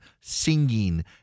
singing